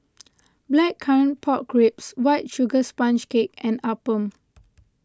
Blackcurrant Pork Ribs White Sugar Sponge Cake and Appam